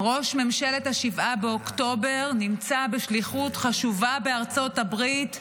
ראש ממשלת 7 באוקטובר נמצא בשליחות חשובה בארצות הברית,